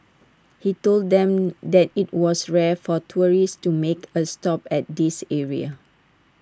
he told them that IT was rare for tourists to make A stop at this area